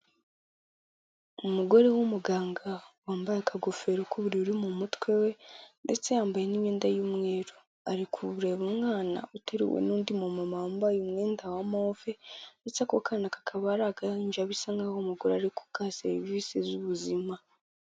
Umugore w'umuganga wambaye akagofero k'ubururu mu mutwe we, ndetse yambaye n'imyenda y'umweru. Ari kureba umwana uteruwe n'undi muntu wambaye umwenda wa move, ndetse ako kana kakaba ari agahinja bisa nkaho uwo umugore ari kugaha serivisi z'ubuzima.